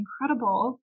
incredible